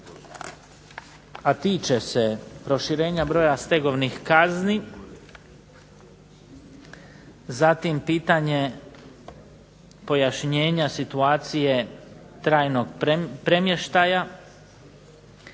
a tiče se proširenja broja stegovnih kazni, zatim pitanje pojašnjenja situacije trajnog premještaja,